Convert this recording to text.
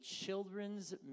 children's